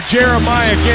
Jeremiah